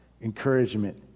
encouragement